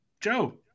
Joe